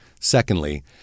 Secondly